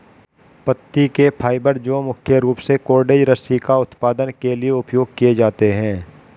पत्ती के फाइबर जो मुख्य रूप से कॉर्डेज रस्सी का उत्पादन के लिए उपयोग किए जाते हैं